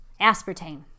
Aspartame